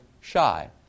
shy